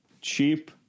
cheap